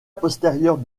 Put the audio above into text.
postérieure